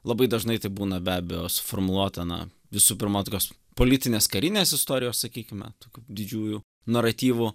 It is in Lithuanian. labai dažnai tai būna be abejo suformuluota na visų pirma tokios politinės karinės istorijos sakykime tokių didžiųjų naratyvų